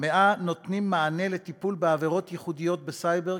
ה-100 נותנים מענה וטיפול בעבירות ייחודיות בסייבר,